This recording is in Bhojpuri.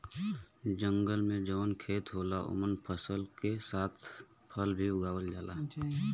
जंगल में जौन खेत होला ओमन फसल के साथ फल भी उगावल जाला